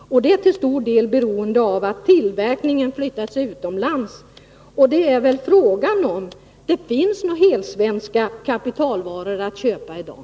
Och det beror till stor del på att tillverkningen har flyttats utomlands. Frågan är väl om det finns några helsvenska kapitalvaror att köpa i dag.